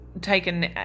taken